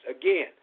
Again